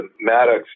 Maddox